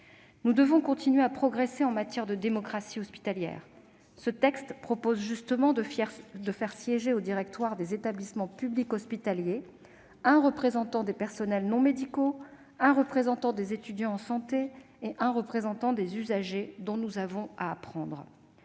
Nous devons continuer de progresser en matière de démocratie hospitalière. Ce texte propose justement de faire siéger au directoire des établissements publics hospitaliers un représentant des personnels non médicaux, un représentant des étudiants en santé et un représentant des usagers dont nous avons à apprendre.